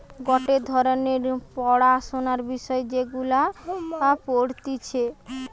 গটে ধরণের পড়াশোনার বিষয় যেগুলা পড়তিছে